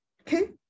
okay